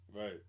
right